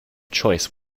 choice